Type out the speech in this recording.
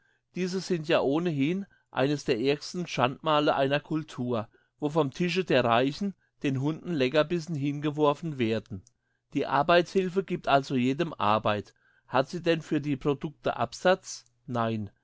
diese sind ja ohnehin eines der ärgsten schandmale einer cultur wo vom tische der reichen den hunden leckerbissen hingeworfen werden die arbeitshilfe gibt also jedem arbeit hat sie denn für die producte absatz nein